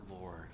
Lord